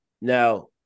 Now